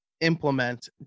implement